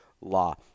Law